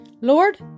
Lord